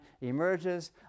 emerges